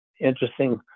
interesting